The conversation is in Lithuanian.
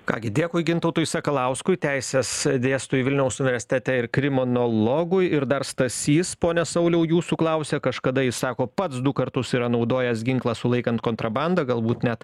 ką gi dėkui gintautui sakalauskui teises dėstytojui vilniaus universitete ir krimonologui ir dar stasys pone sauliau jūsų klausia kažkada jis sako pats du kartus yra naudojęs ginklą sulaikant kontrabandą galbūt net